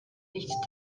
nicht